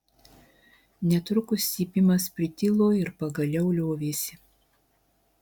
netrukus cypimas pritilo ir pagaliau liovėsi